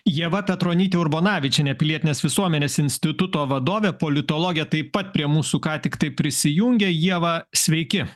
ieva petronytė urbonavičienė pilietinės visuomenės instituto vadovė politologė taip pat prie mūsų ką tiktai prisijungė ieva sveiki